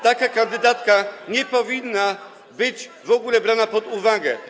Taka kandydatka nie powinna być w ogóle brana pod uwagę.